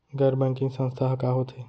गैर बैंकिंग संस्था ह का होथे?